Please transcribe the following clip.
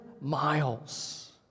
miles